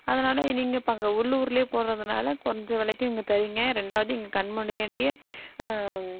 அதனால் நீங்கள் இப்போ அங்கே உள்ளூர்லேயே போடுறதுனால கொறைஞ்ச வெலைக்கு நீங்கள் தர்றீங்க ரெண்டாவது இங்கே கண் முன்னாடியே